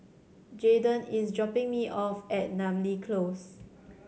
Jaydon is dropping me off at Namly Close